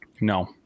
no